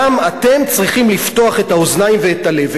גם אתם צריכים לפתוח את האוזניים ואת הלב.